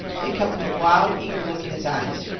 it come with a wild, eager look in his eyes.